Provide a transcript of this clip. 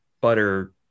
butter